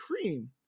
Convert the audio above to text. cream